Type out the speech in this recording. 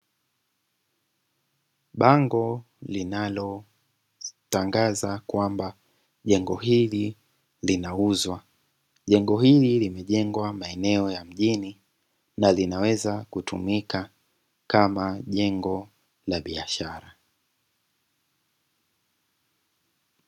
Bango linalotangaza kwamba jengo hili linauzwa, jengo hili limejengwa katika maneno ya mjini na linaweza kutumika kama jengo la biashara.